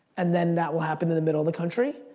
and then that will happen in the middle of the country.